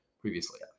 previously